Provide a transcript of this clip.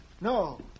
No